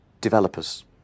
developers